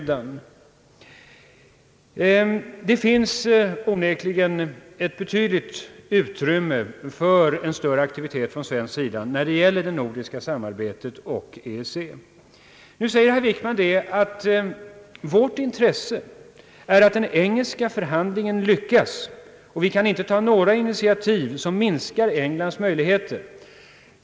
Det finns onekligen ett betydligt utrymme för en större aktivitet från svensk sida när det gäller det nordiska samarbetet och EEC. Herr Wickman säger att vårt intresse är att den engelska förhandlingen lyckas och att vi inte kan ta några initiativ som minskar Englands möjligheter.